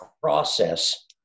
process